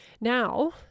Now